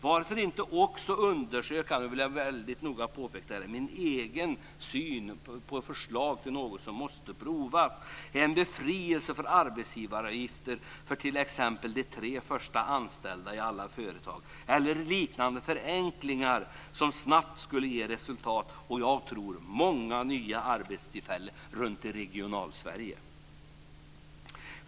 Varför inte också undersöka - jag vill påpeka att det är min egen syn på ett förslag som vi måste pröva - förslaget med en befrielse från arbetsgivaravgifter för t.ex. de tre först anställda i alla företag eller liknande förenklingar som snabbt skulle ge resultat och, som jag tror, många nya arbetstillfällen runt om i Regionalsverige.